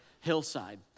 hillside